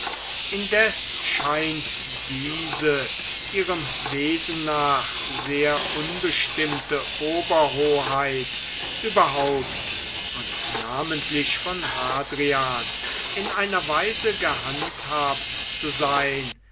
indes scheint diese ihrem wesen nach sehr unbestimmte oberhoheit überhaupt und namentlich von hadria in einer weise gehandhabt zu sein